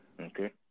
Okay